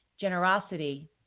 generosity